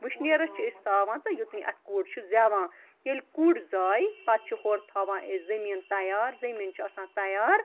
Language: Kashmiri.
وٕشنیرَس چھِ أسۍ تھاوان تہٕ یوٚتٕنۍ اَتھ کُڑ چھِ زٮ۪وان ییٚلہِ کُڑ زایہِ پَتہٕ چھِ ہورٕ تھاوان أسۍ زٔمیٖن تیار زٔمیٖن چھِ آسان تیار